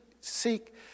seek